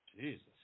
Jesus